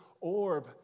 orb